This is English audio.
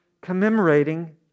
commemorating